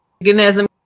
mechanism